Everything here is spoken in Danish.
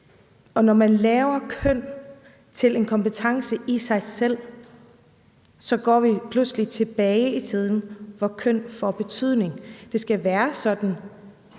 og når man laver køn til en kompetence i sig selv, går vi pludselig tilbage i tiden til der, hvor køn får betydning. Det skal være sådan,